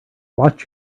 watch